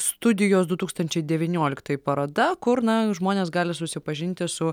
studijos du tūkstančiai devynioliktai paroda kur na žmonės gali susipažinti su